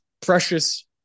precious